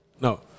no